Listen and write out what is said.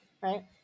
Right